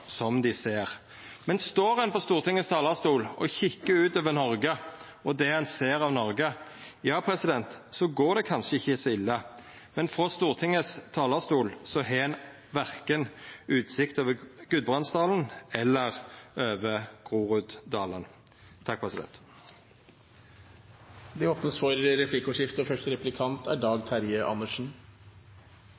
dei ser. Men står ein på Stortingets talarstol og kikar ut over Noreg, det ein ser av Noreg, ja, så går det kanskje ikkje så ille. Men frå Stortingets talarstol har ein verken utsikt over Gudbrandsdalen eller over Groruddalen. Det blir replikkordskifte. Jeg skal stille et helt konkret spørsmål til representanten Pollestad, for